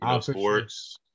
sports